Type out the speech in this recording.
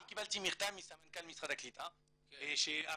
אני קיבלתי מכתב במייל מסמנכ"ל משרד הקליטה, עם